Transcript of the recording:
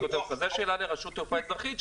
זאת שאלה לרשות התעופה האזרחית,